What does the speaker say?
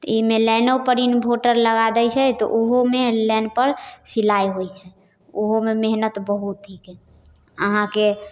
तऽ ई मे लाइनोपर इनवोटर लगा दै छै तऽ ओहोमे लाइनपर सिलाइ होइ छै ओहोमे मेहनति बहुत हिकै अहाँके